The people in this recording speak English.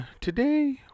today